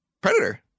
Predator